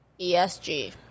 ESG